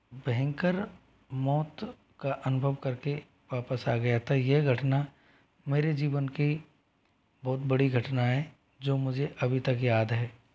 भयंकर मौत का अनुभव करके वापस आ गया था यह घटना मेरे जीवन की बहुत बड़ी घटना है जो मुझे अभी तक याद है